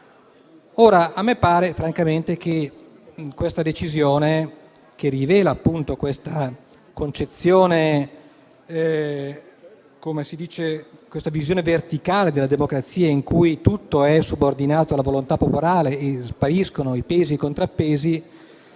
Ora, a me pare, francamente, che siffatta decisione, che rivela appunto la visione verticale della democrazia, in cui tutto è subordinato alla volontà popolare e spariscono i pesi e contrappesi,